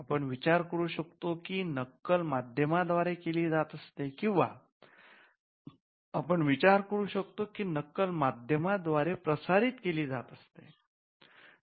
आपण विचार करू शकतो की नक्कल माध्यमांद्वारे केली जात असते किंवा आपण विचार करू शकतो की नक्कल माध्यमांद्वारे प्रसारित केली जात असते